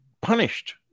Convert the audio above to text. punished